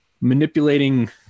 manipulating